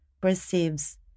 perceives